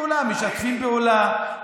משתפים פעולה.